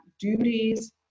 duties